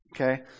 okay